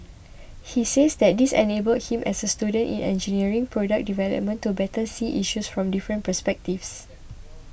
he says that this enabled him as a student in engineering product development to better see issues from different perspectives